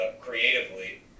creatively